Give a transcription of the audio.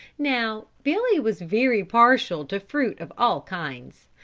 now billy was very partial to fruit of all kinds,